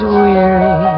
weary